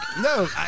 No